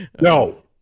no